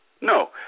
No